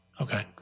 Okay